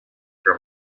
for